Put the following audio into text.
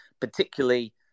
particularly